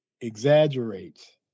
exaggerates